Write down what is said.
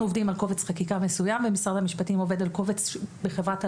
אנחנו עובדים על קובץ חקיקה מסוים ומשרד המשפטים עובד על קובץ אחר.